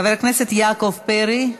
חבר הכנסת יעקב פרי,